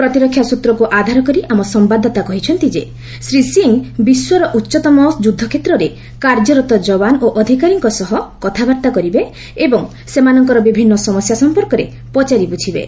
ପ୍ରତିରକ୍ଷା ସୂତକୁ ଆଧାର କରି ଆମ ସମ୍ବାଦଦାତା କହିଛନ୍ତି ଯେ ଶ୍ରୀ ସିଂ ବିଶ୍ୱର ଉଚ୍ଚତମ ଯୁଦ୍ଧ କ୍ଷେତ୍ରରେ କାର୍ଯ୍ୟରତ ଯବାନ ଓ ଅଧିକାରୀଙ୍କ ସହ କଥାବାର୍ତ୍ତା କରିବା ସହ ସେମାନଙ୍କ ବିଭିନ୍ନ ସମସ୍ୟା ସମ୍ପର୍କରେ ପଚାରି ବୁଝିବେ